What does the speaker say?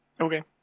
Okay